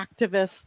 activists